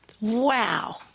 Wow